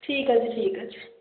ঠিক আছে ঠিক আছে